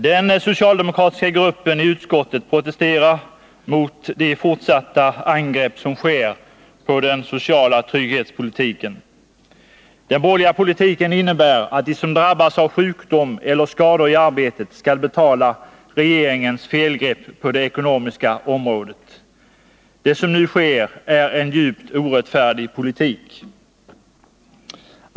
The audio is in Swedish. Den socialdemokratiska gruppen i utskottet protesterar mot de fortsatta angrepp som sker på den sociala trygghetspolitiken. Den borgerliga politiken innebär att de som drabbas av sjukdom eller skador i arbetet skall betala regeringens felgrepp på det ekonomiska området. Det som nu sker än en djupt orättfärdig politik.